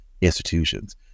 institutions